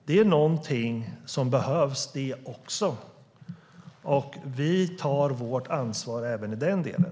Det är någonting som också behövs. Vi tar vårt ansvar även i den delen.